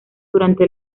durante